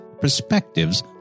perspectives